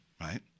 right